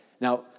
Now